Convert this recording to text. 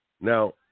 Now